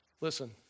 listen